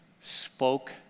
spoke